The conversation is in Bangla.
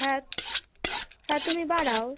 হ্যাঁ হ্যাঁ তুমি বাড়াও